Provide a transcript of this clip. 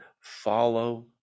follow